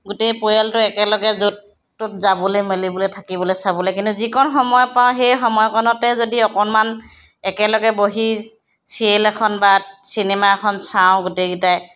গোটেই পৰিয়ালটোৱে একেলগে য'ত ত'ত যাবলৈ মেলিবলৈ থাকিবলৈ চাবলৈ কিন্তু যিকণ সময় পাওঁ সেই সময়কণতে যদি অকণমান একেলগে বহি ছিৰিয়েল এখন বা চিনেমা এখন চাওঁ গোটেইকেইটাই